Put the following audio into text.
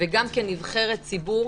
וגם כנבחרת ציבור